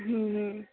ହୁଁ ହୁଁ